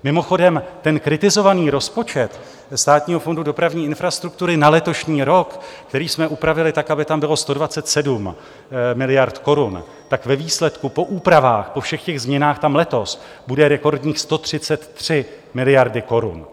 Mimochodem, kritizovaný rozpočet Státního fondu dopravní infrastruktury na letošní rok, který jsme upravili tak, aby tam bylo 127 miliard korun, ve výsledku po úpravách, po všech těch změnách tam letos bude rekordních 133 miliard korun.